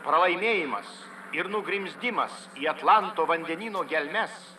pralaimėjimas ir nugrimzdimas į atlanto vandenyno gelmes